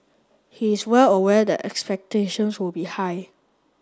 he is well aware that expectation will be high